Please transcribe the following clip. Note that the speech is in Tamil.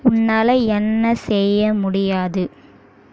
உன்னால் என்ன செய்ய முடியாது